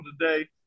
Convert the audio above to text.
today